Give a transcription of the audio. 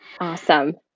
Awesome